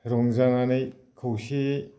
रंजानानै खौसेयै